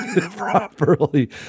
properly